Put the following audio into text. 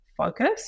focus